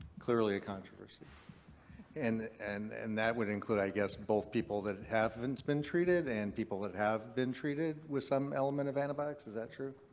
clearly a controversy and and and that would include, i guess, both people that haven't been treated and people that have been treated with some element of antibiotics. is that true?